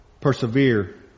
persevere